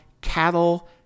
cattle